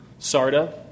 Sarda